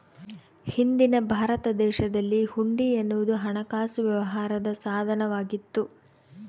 ಹಿಂದಿನ ಭಾರತ ದೇಶದಲ್ಲಿ ಹುಂಡಿ ಎನ್ನುವುದು ಹಣಕಾಸು ವ್ಯವಹಾರದ ಸಾಧನ ವಾಗಿತ್ತು